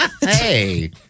Hey